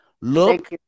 Look